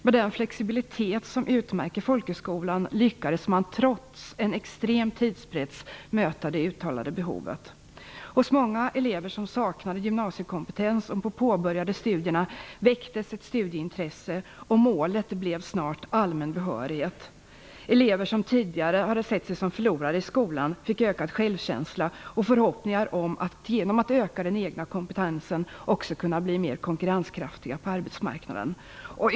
Med den flexibilitet som utmärker folkhögskolan lyckades man trots en extrem tidspress möta det uttalade behovet. Hos många elever som saknade gymnasiekompetens och påbörjade studierna väcktes ett studieintresse, och målet blev snart allmän behörighet. Elever som tidigare hade setts som förlorare i skolan fick ökad självkänsla och förhoppningar om att genom att öka den egna kompetensen också kunna bli mera konkurrenskraftiga på arbetsmarknaden.